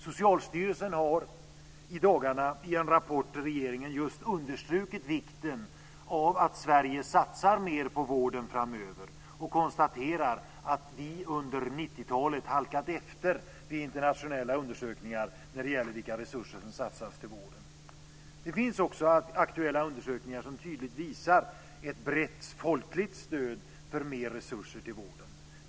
Socialstyrelsen har i dagarna i en rapport till regeringen understrukit vikten av att Sverige satsar mer på vården framöver. Den konstaterar att vi under 90-talet halkat efter i internationella undersökningar när det gäller vilka resurser som satsas på vården. Det finns också aktuella undersökningar som tydligt visar ett brett folkligt stöd för mer resurser till vården.